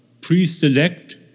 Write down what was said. pre-select